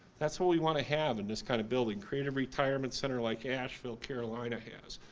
that's what we want to have in this kind of building, creative retirement center like ashfield, carolina has.